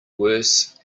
worse